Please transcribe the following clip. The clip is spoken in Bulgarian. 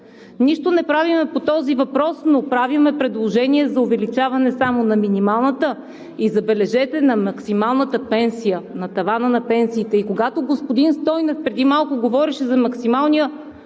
Нищо не правим по този въпрос, но правим предложение за увеличаване само на минималната, и забележете, на максималната пенсия, на тавана на пенсиите. Когато господин Стойнев преди малко говореше за максималния